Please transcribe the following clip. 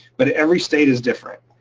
but every state is different.